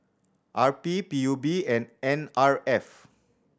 R P P U B and N R F